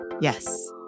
Yes